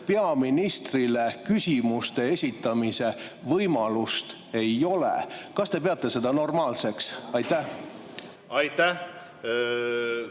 peaministrile küsimuste esitamise võimalust ei ole. Kas te peate seda normaalseks? Aitäh!